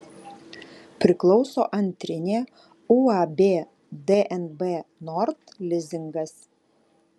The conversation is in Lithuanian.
priklauso antrinė uab dnb nord lizingas